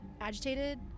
agitated